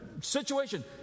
situation